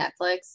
Netflix